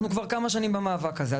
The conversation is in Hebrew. אנחנו כבר כמה שנים במאבק הזה.